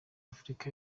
africa